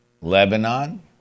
Lebanon